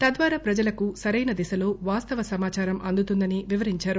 తద్వారా ప్రజలకు సరైన దిశలో వాస్తవ సమాచారం అందుతుందని వివరించారు